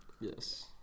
yes